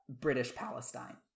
British-Palestine